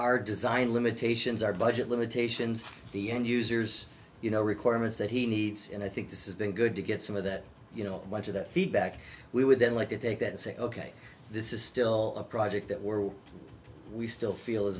our design limitations our budget limitations the end users you know requirements that he needs and i think this is been good to get some of that you know much of that feedback we would then like to take that and say ok this is still a project that we're we still feel